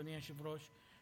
אדוני היושב-ראש?